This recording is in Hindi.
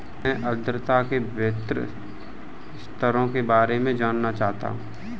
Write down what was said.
मैं आर्द्रता के विभिन्न स्तरों के बारे में जानना चाहता हूं